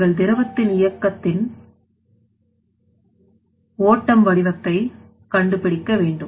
நீங்கள் திரவத்தின் இயக்கத்தின் ஓட்டம் வடிவத்தை கண்டுபிடிக்க வேண்டும்